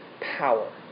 power